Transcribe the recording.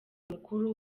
mukuru